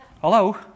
Hello